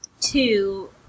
two